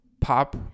Pop